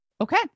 Okay